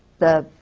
the.